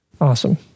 Awesome